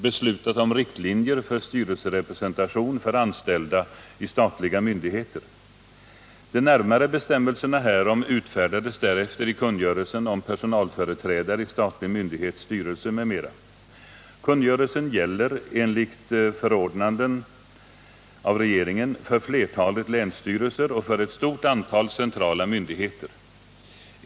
2. p. 7, InU 4, rskr 95) beslutat om riktlinjer för styrelserepresentation för anställda i statliga myndigheter. De närmare bestämmelserna härom utfärdades därefter i kungörelsen om personalföreträdare i statlig myndighets styrelse m.m. Kungörelsen gäller enligt förordnanden av regeringen för flertalet länsstyrelser och för ett stort antal centrala myndigheter.